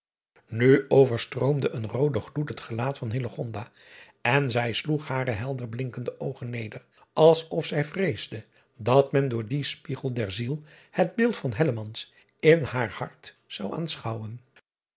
u overstroomde een roode gloed het gelaat van en zij sloeg hare helder blinkende oogen neder als of zij vreesde dat men door dien spiegel der ziel het beeld van in haar hart zou aanschouwen